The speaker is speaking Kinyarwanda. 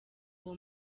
uwo